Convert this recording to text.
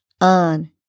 on